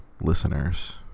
listeners